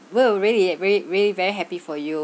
we were really really really very happy for you